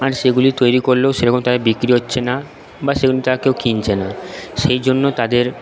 আর সেগুলি তৈরি করলেও সেরকম তাদের বিক্রি হচ্ছে না বা সেরম তারা কেউ কিনছে না সেই জন্য তাদের